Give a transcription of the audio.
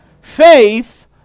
Faith